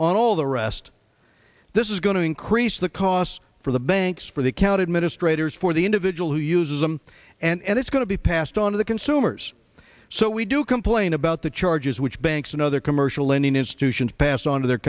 on all the rest this is going to increase the costs for the banks for the count administrators for the individual who uses them and it's going to be passed on to the consumers so we do complain about the charges which banks and other commercial lending institutions pass on to their